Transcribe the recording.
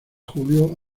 julio